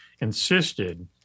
insisted